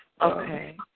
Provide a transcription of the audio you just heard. Okay